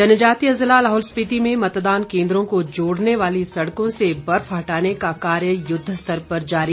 जनजातीय जिला लाहौल स्पीति में मतदान केन्द्रों को जोड़ने वाली सड़कों से बर्फ हटाने का कार्य युद्धस्तर पर जारी